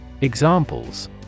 Examples